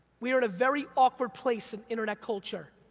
we're at a very awkward place in internet culture,